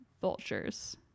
Vultures